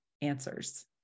answers